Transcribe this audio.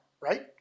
right